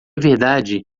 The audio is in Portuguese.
verdade